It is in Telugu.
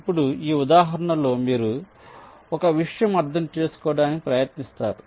ఇప్పుడు ఈ ఉదాహరణలో మీరు ఒక విషయం అర్థం చేసుకోవడానికి ప్రయత్నిస్తారు